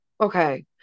Okay